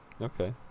Okay